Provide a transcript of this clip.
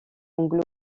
anglo